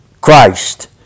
Christ